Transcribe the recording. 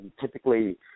typically